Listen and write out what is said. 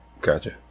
Gotcha